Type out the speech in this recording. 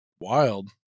wild